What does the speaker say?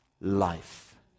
life